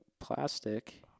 plastic